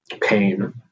pain